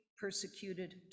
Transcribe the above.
persecuted